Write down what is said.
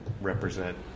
represent